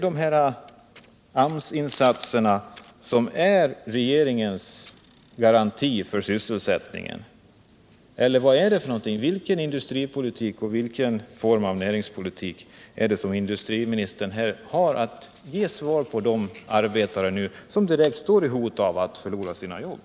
Är det AMS-insatserna som är regeringens garanti för sysselsättningen, eller vad är det? Vilken industripolitik och vilken näringspolitik är det som industriministern har som svar till de arbetare som direkt hotas att förlora sina jobb?